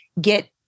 get